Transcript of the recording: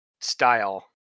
style